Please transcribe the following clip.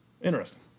Interesting